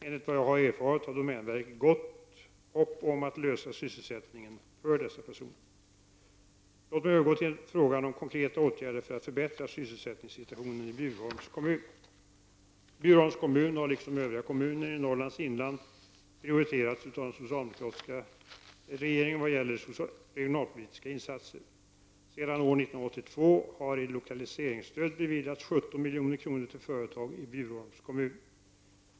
Enligt vad jag erfarit har domänverket gott hopp om att lösa sysselsättningsfrågan för dessa personer. Låt mig övergå till frågan om konkreta åtgärder för att förbättra sysselsättningssituationen i Bjurholms kommun. Bjurholms kommun har, liksom övriga kommuner i Norrlands inland, prioriterats av socialdemokratiska regeringar i vad gäller regionalpolitiska insatser. Sedan år 1982 har i lokaliseringsstöd beviljats 17 milj.kr. till företag i Bjur holms kommun.